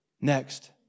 Next